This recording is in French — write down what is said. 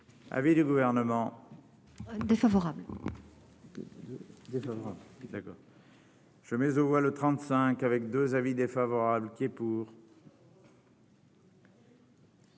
Avis du Gouvernement défavorable. D'accord. Je mais on voit le 35 avec 2 avis défavorables qui est.